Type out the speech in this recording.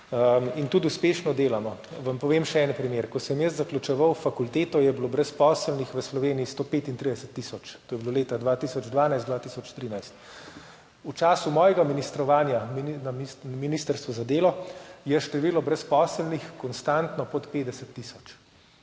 In tudi uspešno delamo. Vam povem še en primer. Ko sem jaz zaključeval fakulteto, je bilo brezposelnih v Sloveniji 135 tisoč, to je bilo leta 2012, 2013. V času mojega ministrovanja na ministrstvu za delo je število brezposelnih konstantno pod 50 tisoč.